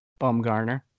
Bumgarner